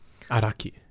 Araki